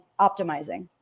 optimizing